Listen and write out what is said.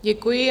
Děkuji.